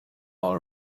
all